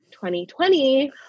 2020